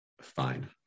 fine